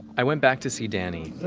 i went back to see danny